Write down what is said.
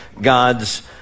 God's